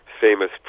famous